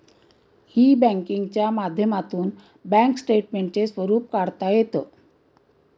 E बँकिंगच्या माध्यमातून bank स्टेटमेंटचे स्वरूप काढता येतं